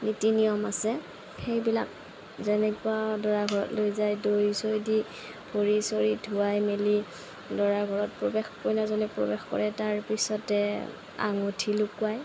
নীতি নিয়ম আছে সেইবিলাক যেনেকুৱা দৰাঘৰত লৈ যায় দৈ চৈ দি ভৰি চৰি ধুৱাই মেলি দৰাঘৰত প্ৰৱেশ কইনাজনীক প্ৰৱেশ কৰে তাৰপিছতে আঙুঠি লুকুৱায়